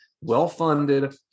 well-funded